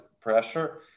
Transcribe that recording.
pressure